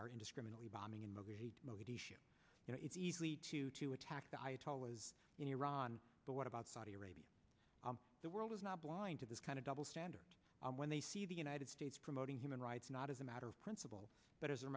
are indiscriminately bombing in madrid mogadishu you know it's easy to to attack the ayatollah is in iran but what about saudi arabia the world is not blind to this kind of double standard when they see the united states promoting human rights not as a matter of principle but as a